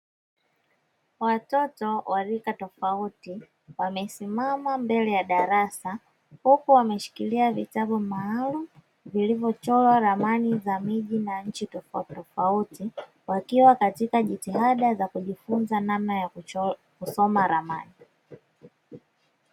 Watoto wa rika tofauti, wamesimama mbele ya darasa. Huku wakishikilia vitabu maalumu vilivyochorwa ramani ya miji na nchi tofautitofauti, wakijifunza namna ya kusoma ramani.